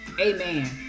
Amen